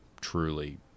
truly